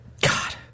God